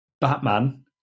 Batman